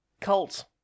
cult